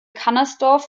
cunnersdorf